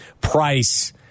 price